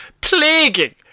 plaguing